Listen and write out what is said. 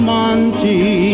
Monte